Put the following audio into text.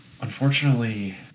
Unfortunately